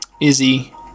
Izzy